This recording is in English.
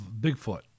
Bigfoot